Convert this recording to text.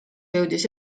jõudis